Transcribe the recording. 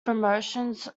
promotions